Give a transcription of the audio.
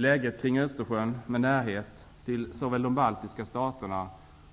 Läget kring Östersjön med närhet till såväl de baltiska staterna